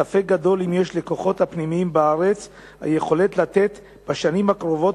ספק גדול אם יש לכוחות הפנימיים בארץ היכולת לתת בשנים הקרובות